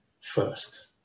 first